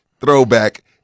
throwback